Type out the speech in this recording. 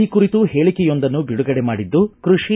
ಈ ಕುರಿತು ಹೇಳಿಕೆಯೊಂದನ್ನು ಬಿಡುಗಡೆ ಮಾಡಿದ್ದು ಕೃಷಿ